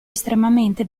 estremamente